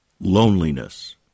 Loneliness